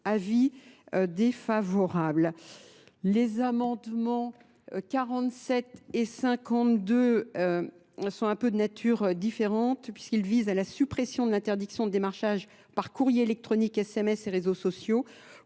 Les amendements 47 et 52 sont un peu de nature différente puisqu'ils visent à la suppression de l'interdiction de démarchage par courrier électronique, SMS et réseaux sociaux